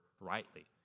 rightly